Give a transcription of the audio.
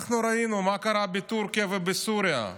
ראינו מה קרה בטורקיה ובסוריה,